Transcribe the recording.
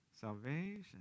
salvation